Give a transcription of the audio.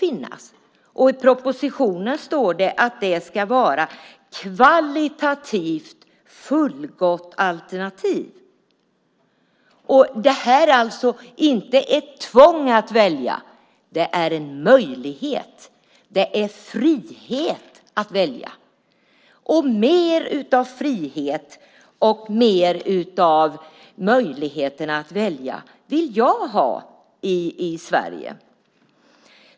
I propositionen står det att det ska vara ett kvalitativt fullgott alternativ. Detta är alltså inte ett tvång att välja. Det är en möjlighet och en frihet att välja. Jag vill ha mer frihet och möjlighet att välja i Sverige.